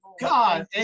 God